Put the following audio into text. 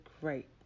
great